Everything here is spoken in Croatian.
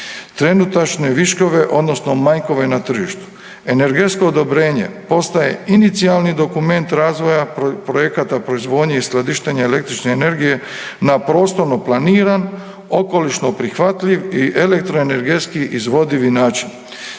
trenutačne viškove odnosno manjkove na tržištu. Energetsko odobrenje postaje inicijalni dokument razvoja projekata proizvodnje i skladištenja električne energije na prostorno planiran, okolišno prihvatljiv i elektroenergetski izvodivi način.